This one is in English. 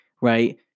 Right